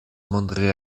montri